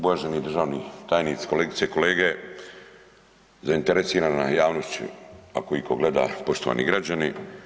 Uvaženi državi tajniče, kolegice i kolege, zainteresirana javnosti ako itko gleda, poštovani građani.